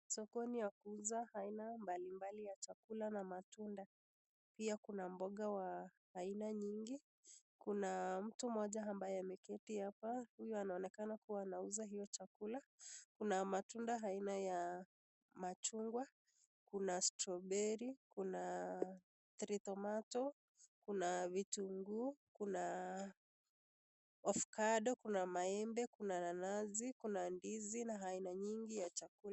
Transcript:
Sokoni ya kuuza aina mbalimbali ya chakula na matunda pia kuna mboga wa aina nyingi, kuna mtu mmoja ambaye ameketi hapa huyu anaonekana kuwa anauza hio chakula, kuna matunda aina ya machungwa kuna strawberry , kuna tree tomato , kuna vitunguu, kuna avokado kuna maembe, kuna nanasi, kuna ndizi na aina nyingi ya chakula.